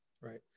Right